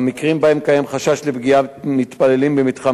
במקרים שבהם קיים חשש לפגיעה במתפללים במתחם